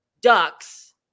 ducks